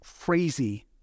crazy